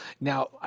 Now